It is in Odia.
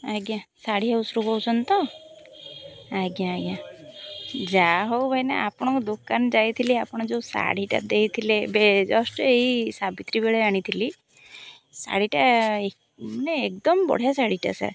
ଆଜ୍ଞା ଶାଢ଼ି ହାଉସରୁୁ କହୁଛନ୍ତି ତ ଆଜ୍ଞା ଆଜ୍ଞା ଯାହାହେଉ ଭାଇନା ଆପଣଙ୍କ ଦୋକାନ ଯାଇଥିଲି ଆପଣ ଯୋଉ ଶାଢ଼ିଟା ଦେଇଥିଲେ ଏବେ ଜଷ୍ଟ ଏଇ ସାବିତ୍ରୀ ବେଳେ ଆଣିଥିଲି ଶାଢ଼ୀଟା ମାନେ ଏକଦମ୍ ବଢ଼ିଆ ଶାଢ଼ିଟା ସାର୍